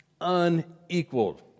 Unequaled